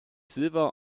silver